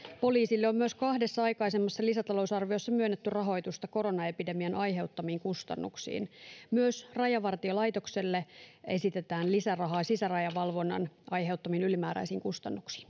poliisille on myös kahdessa aikaisemmassa lisätalousarviossa myönnetty rahoitusta koronaepidemian aiheuttamiin kustannuksiin myös rajavartiolaitokselle esitetään lisärahaa sisärajavalvonnan aiheuttamiin ylimääräisiin kustannuksiin